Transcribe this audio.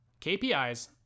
KPIs